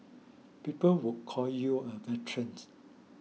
people would call you a veterans